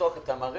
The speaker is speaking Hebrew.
לפתוח את המערכת